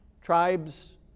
tribes